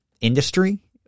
industry